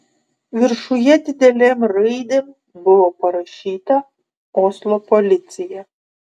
viršuje didelėm raidėm buvo parašyta oslo policija